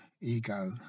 ego